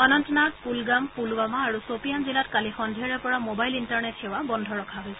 অনন্তনাগ কুলগাম পুলৱামা আৰু ছ'পিয়ান জিলাত কালি সন্ধিয়াৰে পৰা ম'বাইল ইণ্টাৰনেট সেৱা স্থগিত ৰখা হৈছে